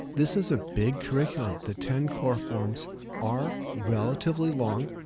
this is a big curriculum. the ten core forms are relatively long.